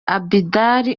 abidal